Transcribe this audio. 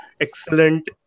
excellent